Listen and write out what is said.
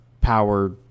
power